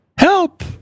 help